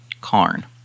Karn